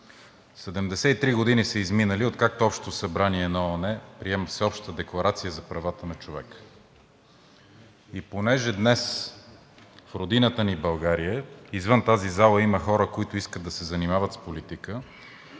три години са изминали откакто Общото събрание на ООН приема всеобща декларация за правата на човека Понеже днес в Родината ни България извън тази зала има хора, които искат да се занимават с политика